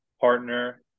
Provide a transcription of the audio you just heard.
partner